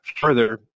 Further